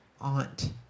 Aunt